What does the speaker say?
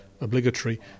obligatory